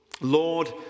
Lord